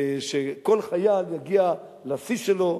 שכל חייל יגיע לשיא שלו,